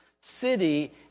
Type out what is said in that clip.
City